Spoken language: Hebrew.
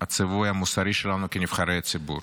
הציווי המוסרי שלנו כנבחרי ציבור.